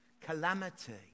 calamity